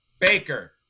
Baker